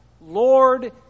Lord